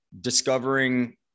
discovering